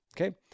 okay